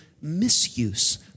misuse